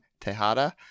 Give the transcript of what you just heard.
Tejada